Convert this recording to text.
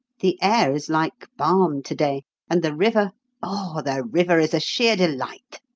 the air is like balm to-day and the river oh, the river is a sheer delight.